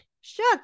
shook